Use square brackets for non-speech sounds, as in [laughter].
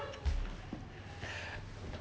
[laughs]